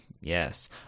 yes